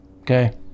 okay